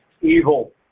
evil